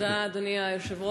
תודה, אדוני היושב-ראש,